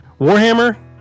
Warhammer